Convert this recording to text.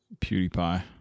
PewDiePie